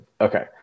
Okay